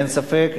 אין ספק,